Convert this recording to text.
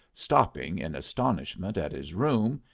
stopping in astonishment at his room,